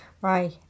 Right